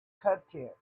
content